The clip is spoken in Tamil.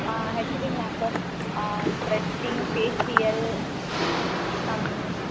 HD makeup threading facial am